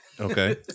Okay